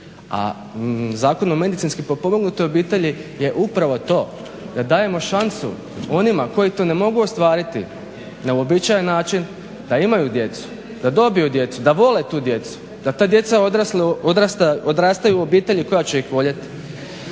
a Zakon o medicinski potpomognutoj obitelji je upravo to. Da dajemo šansu onima koji to ne mogu ostvariti na uobičajen način, da imaju djecu, da dobiju djecu, da vole tu djecu, da ta djeca odrastaju u obitelji koja će ih voljeti.